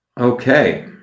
Okay